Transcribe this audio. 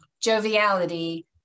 joviality